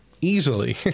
easily